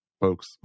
folks